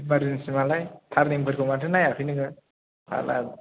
emergency मालाय टारनिंफोरखौ माथो नायाखै नोङो